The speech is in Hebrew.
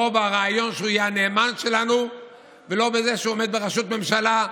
לא ברעיון שהוא יהיה הנאמן שלנו ולא בזה שהוא עומד בראשות ממשלה,